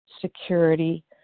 security